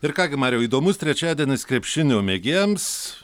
ir ką gi mariau įdomus trečiadienis krepšinio mėgėjams